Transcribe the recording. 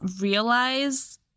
realize